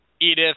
Edith